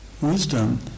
Wisdom